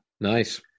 nice